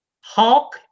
hulk